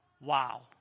Wow